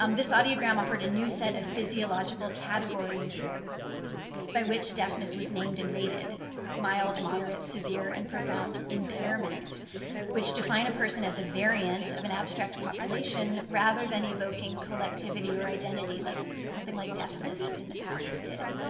um this audiogram offered a new set of physiological categories by which deafness was named and rated mild, moderate, severe, and profound impairment which define a person as a variant of an abstract population rather than evoking collectivity or identity, like something like deafness in the past did.